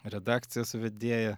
redakcijos vedėja